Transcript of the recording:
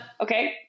Okay